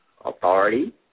Authority